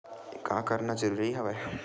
का करना जरूरी हवय?